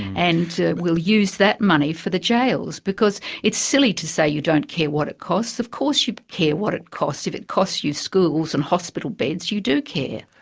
and we'll use that money for the jails. because it's silly to say you don't care what it costs, of course you care what it costs, if it costs you schools and hospital beds, you do care.